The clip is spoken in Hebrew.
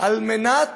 על מנת